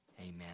Amen